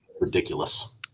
ridiculous